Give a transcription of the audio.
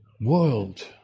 world